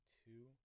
two